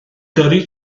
gyrru